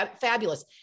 fabulous